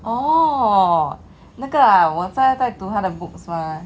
orh 那个 ah 我现在读他的 books mah